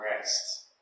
rest